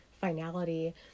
finality